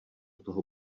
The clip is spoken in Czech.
toho